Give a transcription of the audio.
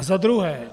A za druhé.